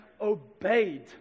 obeyed